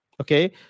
Okay